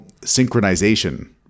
synchronization